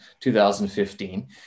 2015